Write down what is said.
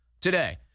today